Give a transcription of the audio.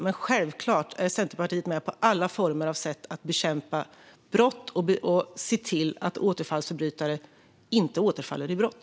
Men självklart är Centerpartiet med på alla former och sätt att bekämpa brott och se till att återfallsförbrytare inte återfaller i brott.